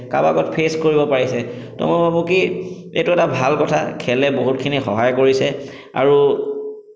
কাৰোবাৰ আগত ফেচ কৰিব পাৰিছে তো মই ভাবোঁ কি এইটো এটা ভাল কথা খেলে বহুতখিনি সহায় কৰিছে আৰু